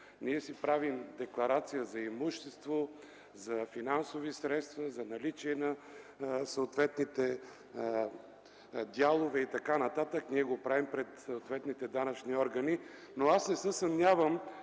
попълваме декларация за имущество, финансови средства, наличие на съответни дялове и така нататък, го правим пред съответните данъчни органи. Не се съмнявам